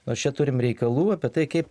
nors čia turim reikalų apie tai kaip